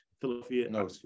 Philadelphia